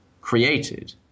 created